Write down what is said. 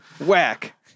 Whack